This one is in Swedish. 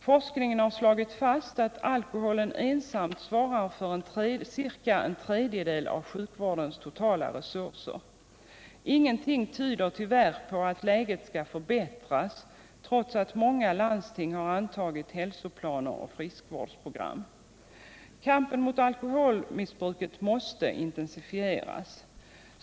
Forskningen har slagit fast att alkoholen ensam svarar för ca en tredjedel av sjukvårdens totala resurser. Ingenting tyder tyvärr på att läget förbättras trots att många landsting har antagit hälsoplaner och friskvårdsprogram. Kampen mot alkoholmissbruket måste intensifieras.